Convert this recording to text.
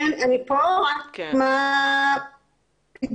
אני פה, רק מה השאלה?